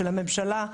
של הממשלה,